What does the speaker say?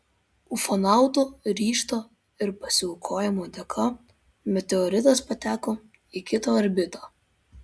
ufonautų ryžto ir pasiaukojimo dėka meteoritas pateko į kitą orbitą